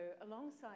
alongside